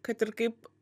kad ir kaip